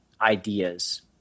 ideas